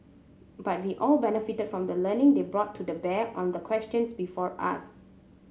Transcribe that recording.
but we all benefited from the learning they brought to bear on the questions before us